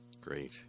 Great